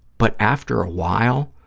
but after a while,